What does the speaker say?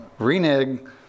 Reneg